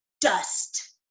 dust